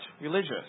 religious